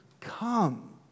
Come